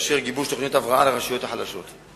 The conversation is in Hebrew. שתאפשר גיבוש תוכניות הבראה לרשויות החלשות.